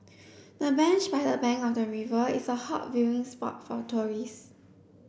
the bench by the bank of the river is a hot viewing spot for tourists